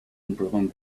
imprison